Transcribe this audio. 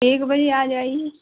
एक बजे आ जाइए